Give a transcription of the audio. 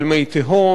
על מי תהום,